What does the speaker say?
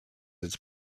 its